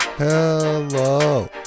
Hello